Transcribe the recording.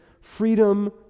freedom